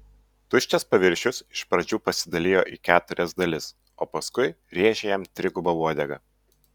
tuščias paviršius iš pradžių pasidalijo į keturias dalis o paskui rėžė jam triguba uodega